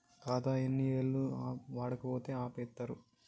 ఖాతా ఎన్ని ఏళ్లు వాడకపోతే ఆపేత్తరు?